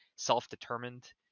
self-determined